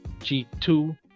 g2